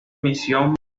misión